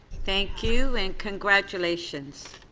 thank you and congratulations